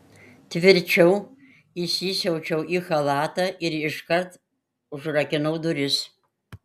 tvirčiau įsisiaučiau į chalatą ir iškart užrakinau duris